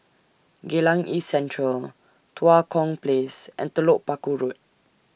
Geylang East Central Tua Kong Place and Telok Paku Road